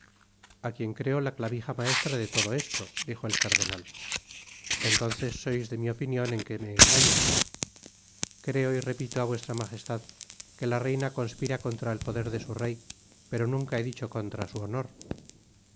a quien creo la clavija maestra de todo esto dijo el cardenal entonces sois de mi opinion en que me engaña creo y repito á v m que la reina conspira contra el poder de su rey pero nunca he dicho contra su honor